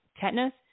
tetanus